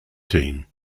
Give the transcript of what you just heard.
team